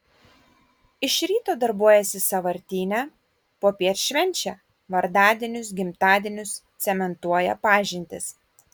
iš ryto darbuojasi sąvartyne popiet švenčia vardadienius gimtadienius cementuoja pažintis